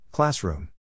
Classroom